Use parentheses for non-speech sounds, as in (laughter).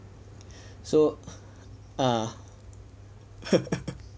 so ah (laughs)